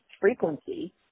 frequency